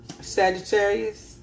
Sagittarius